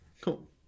Cool